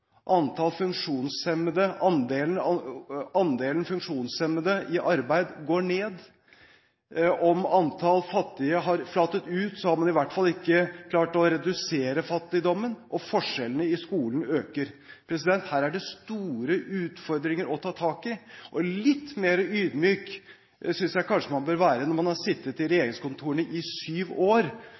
antall unge uføre går opp, og andelen funksjonshemmede i arbeid går ned. Om antall fattige har flatet ut, har man i hvert fall ikke klart å redusere fattigdommen, og forskjellene i skolen øker. Her er det store utfordringer å ta tak i. Litt mer ydmyk synes jeg kanskje man bør være når man har sittet i regjeringskontorene i syv år